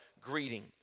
greeting